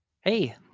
Hey